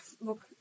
Look